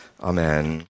Amen